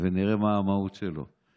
ונראה מה המהות שלו.